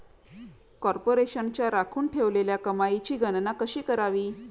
कॉर्पोरेशनच्या राखून ठेवलेल्या कमाईची गणना कशी करावी